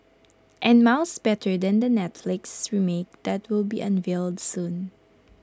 and miles better than the Netflix remake that will be unveiled soon